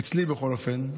אצלי בכל אופן,